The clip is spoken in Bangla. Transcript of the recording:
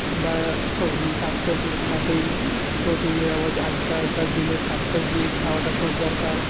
বা সবজি শাক সবজি তো থাকেই প্রতিদিন আমাদের আজকালকার দিনে শাক সবজি খাওয়াটা খুব দরকার